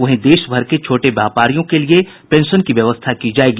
वहीं देश भर के छोटे व्यापारियों के लिये भी पेंशन की व्यवस्था की जायेगी